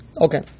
Okay